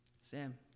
Sam